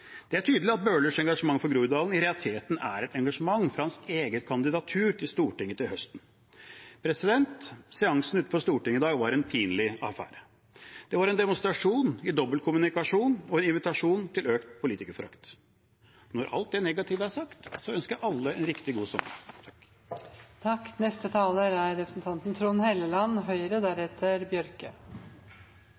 Det er tydelig at Bøhlers engasjement for Groruddalen i realiteten er et engasjement for hans eget kandidatur til Stortinget til høsten. Seansen utenfor Stortinget i dag var en pinlig affære. Det var en demonstrasjon i dobbeltkommunikasjon og en invitasjon til økt politikerforakt. Når alt det negative er sagt, så ønsker jeg alle en riktig god sommer.